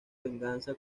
venganza